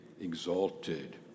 exalted